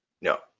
no